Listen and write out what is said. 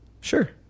Sure